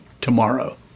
tomorrow